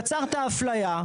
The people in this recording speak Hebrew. יצרת אפליה.